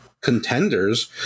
contenders